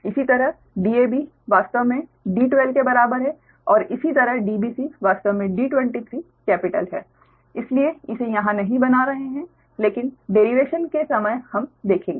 इसी तरह Dab वास्तव में D12 के बराबर है और इसी तरह Dbc वास्तव में D23 कैपिटल है इसलिए इसे यहां नहीं बना रहे है लेकिन डेरिवेशन के समय हम देखेंगे